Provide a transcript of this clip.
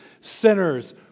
sinners